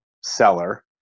seller